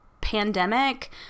pandemic